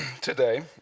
today